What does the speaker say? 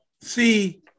See